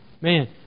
Man